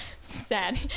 sad